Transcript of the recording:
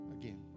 again